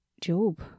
Job